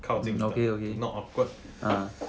靠近你的 not awkward